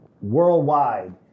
worldwide